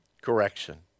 correction